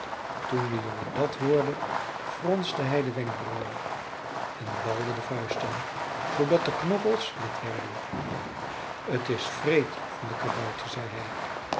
toen de jongen dat hoorde fronste hij de wenkbrauwen en balde de vuisten zoodat de knokkels wit werden t is wreed van den kabouter zei